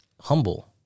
humble